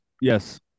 yes